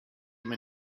him